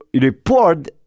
report